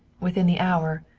within the hour,